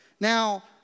Now